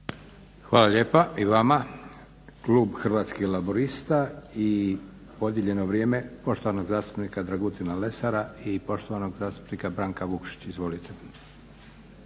Hvala lijepa i vama. Klub Hrvatskih laburista i podijeljeno vrijeme poštovanog zastupnika Dragutina Lesara i poštovanog zastupnika Branka Vukšića. Izvolite.